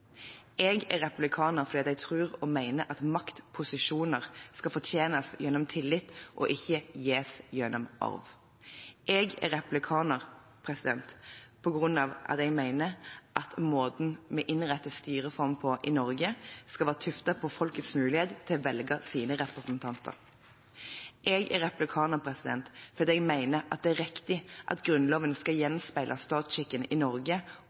Jeg er republikaner fordi jeg tror og mener at maktposisjoner skal fortjenes gjennom tillit og ikke gis gjennom arv. Jeg er republikaner fordi jeg mener at måten vi innretter styreformen på i Norge, skal være tuftet på folkets mulighet til å velge sine representanter. Jeg er republikaner fordi jeg mener at det er riktig at Grunnloven skal gjenspeile statsskikken i Norge